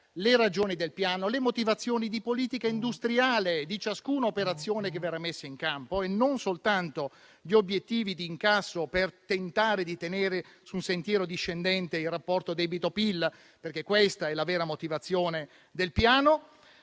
le ragioni del piano e le motivazioni di politica industriale di ciascuna operazione che verrà messa in campo, e non soltanto gli obiettivi di incasso per tentare di tenere su un sentiero discendente il rapporto debito-PIL. Questa, infatti, è la vera motivazione del piano.